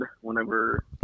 whenever